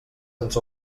ens